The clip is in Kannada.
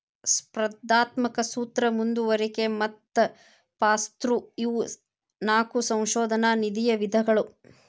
ಸ್ಪರ್ಧಾತ್ಮಕ ಸೂತ್ರ ಮುಂದುವರಿಕೆ ಮತ್ತ ಪಾಸ್ಥ್ರೂ ಇವು ನಾಕು ಸಂಶೋಧನಾ ನಿಧಿಯ ವಿಧಗಳು